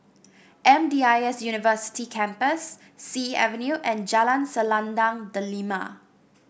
M D I S University Campus Sea Avenue and Jalan Selendang Delima